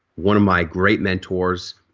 one of my great mentors,